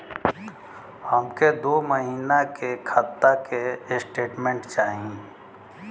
हमके दो महीना के खाता के स्टेटमेंट चाही?